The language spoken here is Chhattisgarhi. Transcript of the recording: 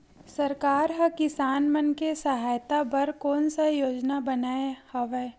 सरकार हा किसान मन के सहायता बर कोन सा योजना बनाए हवाये?